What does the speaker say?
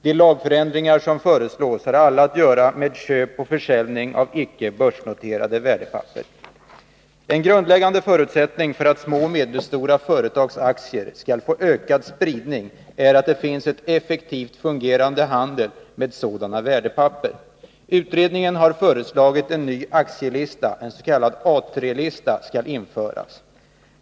De lagförändringar som föreslås har alla att göra med köp och försäljning av icke börsnoterade värdepapper. En grundläggande förutsättning för att små och medelstora företags aktier skall få ökad spridning är att det finns en effektivt fungerande handel med sådana värdepapper. Utredaren har föreslagit att en ny aktielista med beteckningen A III-lista skall införas.